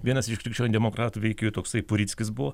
vienas iš krikščionių demokratų veikėjų toksai purickis buvo